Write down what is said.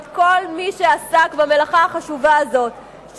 את כל מי שעסק במלאכה החשובה הזאת,